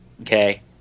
Okay